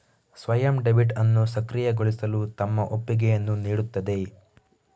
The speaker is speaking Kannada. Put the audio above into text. ಸ್ವಯಂ ಡೆಬಿಟ್ ಅನ್ನು ಸಕ್ರಿಯಗೊಳಿಸಲು ತಮ್ಮ ಒಪ್ಪಿಗೆಯನ್ನು ನೀಡುತ್ತದೆ